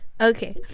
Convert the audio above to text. okay